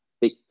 big